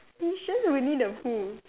he's just a winnie-the-pooh